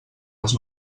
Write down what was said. els